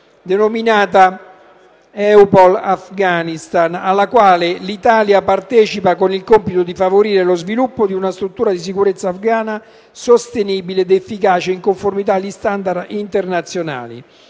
denominata EUPOL Afghanistan alla quale l'Italia partecipa con il compito di favorire lo sviluppo di una struttura di sicurezza afgana sostenibile ed efficace, in conformità agli *standard* internazionali.